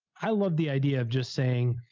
i love the idea of just saying,